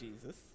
Jesus